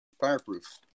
Fireproof